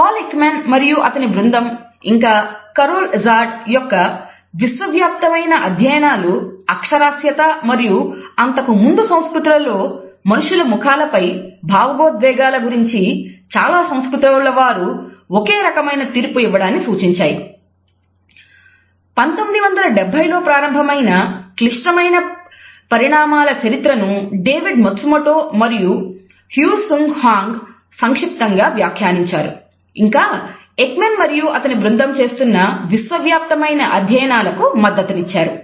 Paul Ekman మరియు అతని బృందం చేస్తున్న విశ్వవ్యాప్తమైన అధ్యయనాలకు మద్దతునిచ్చారు